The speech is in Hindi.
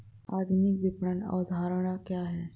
आधुनिक विपणन अवधारणा क्या है?